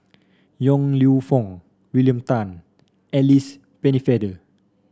Yong Lew Foong William Tan Alice Pennefather